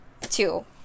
two